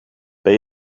ben